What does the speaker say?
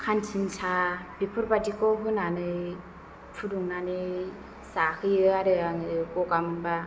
खानसिनसा बेफोरबायदिखौ होनानै फुदुंनानै जाहोयो आरो आङो गगा मोनबा